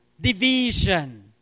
division